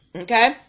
Okay